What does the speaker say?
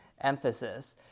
emphasis